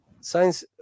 Science